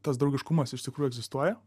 tas draugiškumas iš tikrųjų egzistuoja